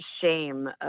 shame